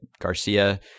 Garcia